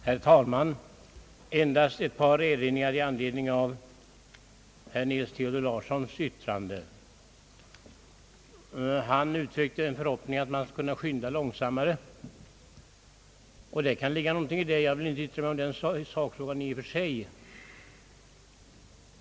Herr talman! Jag vill endast göra ett par erinringar i anledning av herr Nils Theodor Larssons yttrande. Han uttryckte en förhoppning om att man skulle kunna skynda långsammare, och det kan ligga någonting i det. Jag vill dock inte yttra mig i sakfrågan i och för sig.